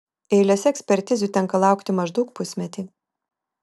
eilėse ekspertizių tenka laukti maždaug pusmetį